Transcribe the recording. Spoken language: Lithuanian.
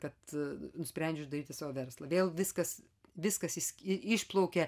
kad nusprendžiau daryti savo verslą vėl viskas viskas iski išplaukė